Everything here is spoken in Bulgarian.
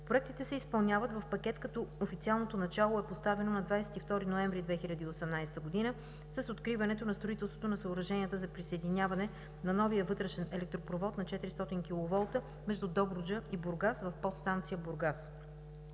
Проектите се изпълняват в пакет, като официалното начало е поставено на 22 ноември 2018 г. с откриването на строителството на съоръженията за присъединяване на новия вътрешен електропровод на 400 kV между Добруджа и Бургас с подстанция „Бургас“.